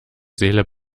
seele